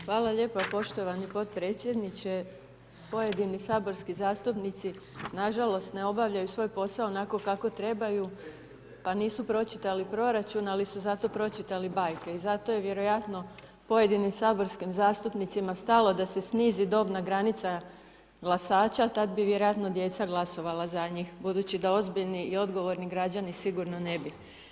Hvala lijepa, poštovani podpredsjedniče, pojedini saborski zastupnici nažalost ne obavljaju svoj posao onako kako trebaju pa nisu pročitali proračun, ali su zato pročitali bajke i zato je vjerojatno pojedinim samoborskim zastupnicima stalo da se snizi dobna granica glasača, tad bi vjerojatno djeca glasovala za njih budući da ozbiljni i odgovorni građani sigurno ne bi.